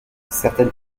certaines